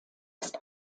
ist